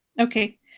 Okay